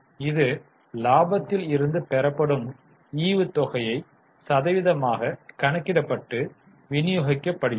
இது லாபத்தில் இருந்து பெறப்படும் ஈவுத் தொகையை சதவீதமாக கணக்கிடப்பட்டு விநியோகிக்கப்படுகிறது